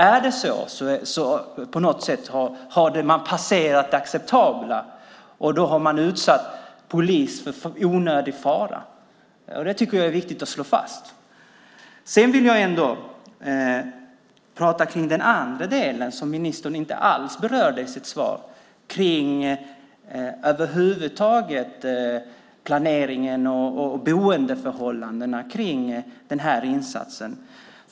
Är det så har man på något sätt passerat det acceptabla, och då har man utsatt polis för onödig fara. Det tycker jag är viktigt att slå fast. Sedan vill jag ändå prata om den andra delen, som ministern inte alls berörde i sitt svar, om planeringen över huvud taget och boendeförhållandena vid den här insatsen.